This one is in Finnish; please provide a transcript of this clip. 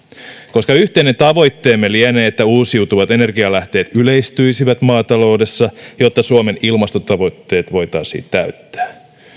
koska yhteinen tavoitteemme lienee että uusiutuvat energialähteet yleistyisivät maataloudessa jotta suomen ilmastotavoitteet voitaisiin täyttää